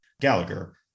Gallagher